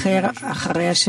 אך כפי